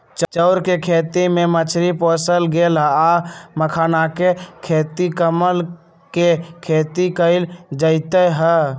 चौर कें खेती में मछरी पोशल गेल आ मखानाके खेती कमल के खेती कएल जाइत हइ